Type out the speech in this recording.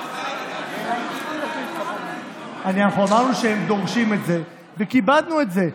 אנחנו אמרנו שהם דורשים את זה וכיבדנו את זה.